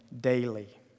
daily